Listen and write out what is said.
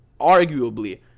arguably